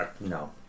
no